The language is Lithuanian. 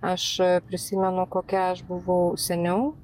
aš prisimenu kokia aš buvau seniau